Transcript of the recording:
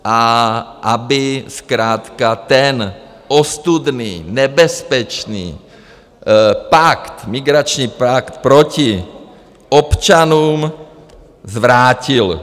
A aby zkrátka ten ostudný, nebezpečný pakt, migrační pakt proti občanům, zvrátil.